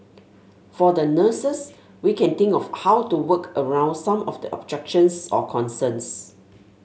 for the nurses we can think of how to work around some of the objections or concerns